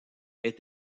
est